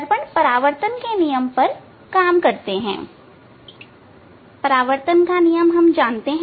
दर्पण परावर्तन के नियम पर काम करते हैं और परावर्तन का नियम हम जानते हैं